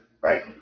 right